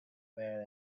man